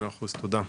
מאה אחוז, תודה רבה.